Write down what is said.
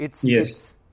Yes